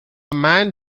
man